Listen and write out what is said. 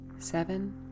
Seven